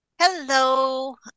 Hello